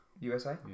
USA